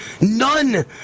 None